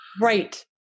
Right